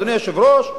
אדוני היושב-ראש,